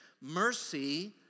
Mercy